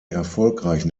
erfolgreichen